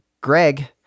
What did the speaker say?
Greg